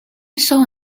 saw